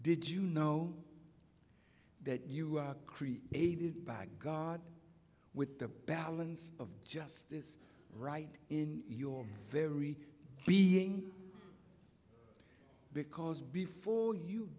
did you know that you create by god with the balance of justice right in your very being because before you